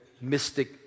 mystic